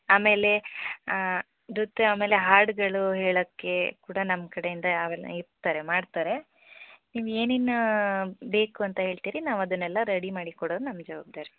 ಆಮೇಲೆ ನೃತ್ಯ ಆಮೇಲೆ ಹಾಡುಗಳು ಹೇಳೋಕ್ಕೆ ಕೂಡ ನಮ್ಮ ಕಡೆಯಿಂದ ಯಾವನ ಇರ್ತಾರೆ ಮಾಡ್ತಾರೆ ನೀವು ಏನಿನ್ನೂ ಬೇಕು ಅಂತ ಹೇಳ್ತೀರಿ ನಾವು ಅದನ್ನೆಲ್ಲ ರೆಡಿ ಮಾಡಿಕೊಡೋದು ನಮ್ಮ ಜವಾಬ್ದಾರಿ